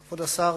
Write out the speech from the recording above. כבוד השר